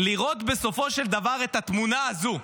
לראות בסופו של דבר את התמונה הזו,